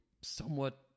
somewhat